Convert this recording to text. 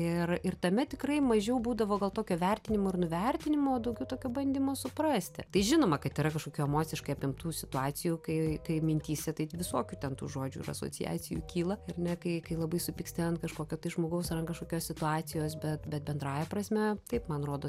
ir ir tame tikrai mažiau būdavo gal tokio vertinimo ir nuvertinimo daugiau tokio bandymo suprasti tai žinoma kad yra kažkokių emociškai apimtų situacijų kai kai mintyse tai visokių ten tų žodžių ir asociacijų kyla ar ne kai kai labai supyksti ant kažkokio tai žmogaus ar ant kažkokios situacijos bet bet bendrąja prasme taip man rodos